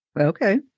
Okay